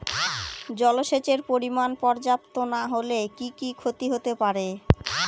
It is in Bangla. জলসেচের পরিমাণ পর্যাপ্ত না হলে কি কি ক্ষতি হতে পারে?